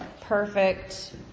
perfect